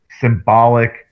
symbolic